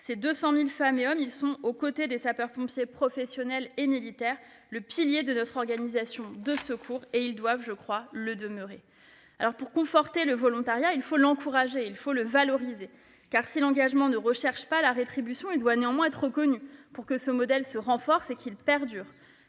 Ces 200 000 femmes et hommes sont, aux côtés des sapeurs-pompiers professionnels et militaires, le pilier de notre organisation de secours, et ils doivent, je crois, le demeurer. Pour conforter le volontariat, il faut l'encourager et le valoriser. En effet, si l'engagement ne cherche pas la rétribution, il doit être néanmoins reconnu, pour que ce modèle se renforce et perdure.